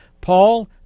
Paul